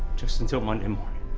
just until monday morning.